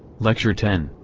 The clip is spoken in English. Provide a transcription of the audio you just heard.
lecture ten.